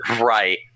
right